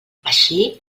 així